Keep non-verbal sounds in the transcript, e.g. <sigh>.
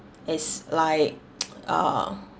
is like <noise> uh